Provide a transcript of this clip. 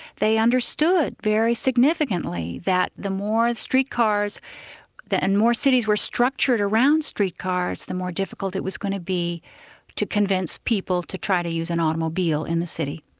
they understood very significantly that the more and street cars and more cities were structured around street cars, the more difficult it was going to be to convince people to try to use an automobile in the city.